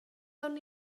aunc